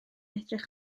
edrych